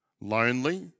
lonely